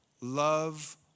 Love